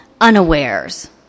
unawares